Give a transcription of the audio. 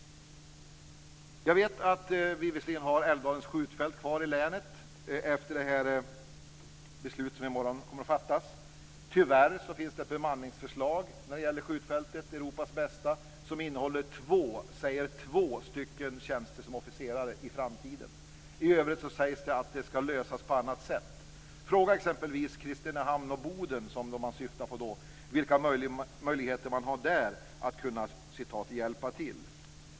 Jag vet att vi visserligen har Älvdalens skjutfält kvar i länet efter det beslut som kommer att fattas i morgon. Tyvärr finns det bemanningsförslag när det gäller skjutfältet, Europas bästa, som innehåller två, säger två stycken tjänster som officerare i framtiden. I övrigt sägs det att det ska lösas på annat sätt. Fråga exempelvis Kristinehamn och Boden, som man har syftat på, vilka möjligheter man där har att "hjälpa till".